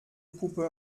puppe